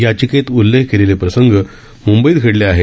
याचिकेत उल्लेख केलेले प्रसंग मुंबईत घडले आहेत